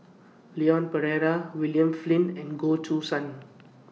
Leon Perera William Flint and Goh Choo San